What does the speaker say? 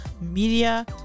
media